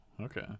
okay